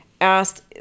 asked